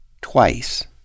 Twice